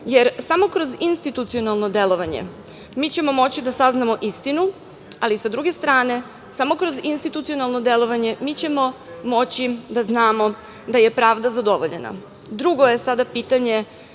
Jer, samo kroz institucionalno delovanje, mi ćemo moći da saznamo istinu, ali sa druge strane, samo kroz institucionalno delovanje mi ćemo moći da znamo da je pravda zadovoljena. Drugo je sada pitanje